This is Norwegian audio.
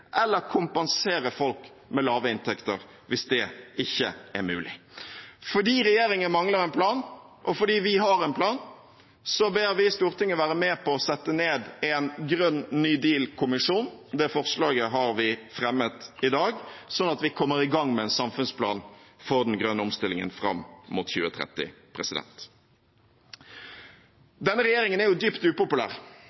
eller kompensere folk med lave inntekter hvis det ikke er mulig. Fordi regjeringen mangler en plan, og fordi vi har en plan, ber vi Stortinget være med på å sette ned en grønn ny deal-kommisjon, det forslaget har vi fremmet i dag, slik at vi kommer i gang med en samfunnsplan for den grønne omstillingen fram mot 2030.